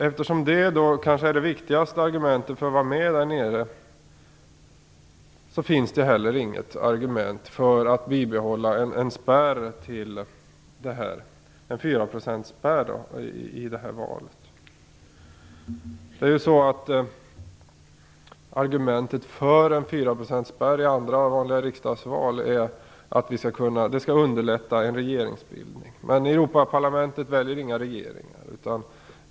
Eftersom insynen kanske är det viktigaste argumentet för att man skall vara med där nere finns det heller inget argument för att en fyraprocentsspärr skall bibehållas i det här valet. Argumentet för en fyraprocentsspärr i vanliga riksdagsval är att man skall underlätta en regeringsbildning. Men Europaparlamentet väljer inga regeringar.